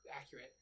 accurate